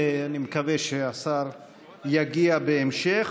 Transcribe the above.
אני מקווה שהשר יגיע בהמשך.